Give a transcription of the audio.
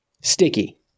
sticky